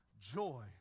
joy